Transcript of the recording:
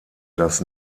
das